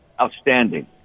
Outstanding